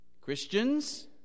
Christians